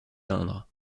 peindre